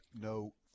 no